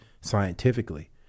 scientifically